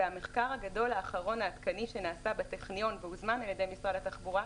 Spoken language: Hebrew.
והמחקר הגדול האחרון העדכני שנעשה בטכניון והוזמן על ידי משרד התחבורה,